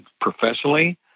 professionally